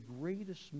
greatest